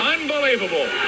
Unbelievable